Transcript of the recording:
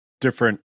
different